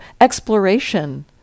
exploration